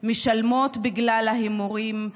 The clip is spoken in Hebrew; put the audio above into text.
משלמות בגלל ההימורים.